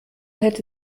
hätte